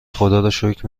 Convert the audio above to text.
خداروشکر